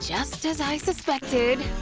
just as i suspected!